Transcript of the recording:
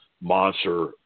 monster